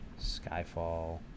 Skyfall